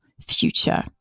future